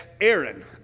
Aaron